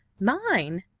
mine!